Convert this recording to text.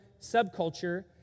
subculture